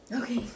Okay